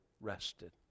rested